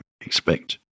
expect